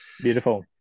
Beautiful